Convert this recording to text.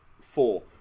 Four